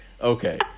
Okay